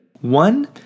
One